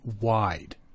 wide